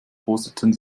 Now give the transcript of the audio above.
prosteten